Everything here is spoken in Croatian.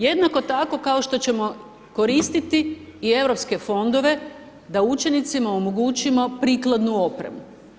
Jednako tako kao što ćemo koristiti i europske fondove da učenicima omogućimo prikladnu opremu.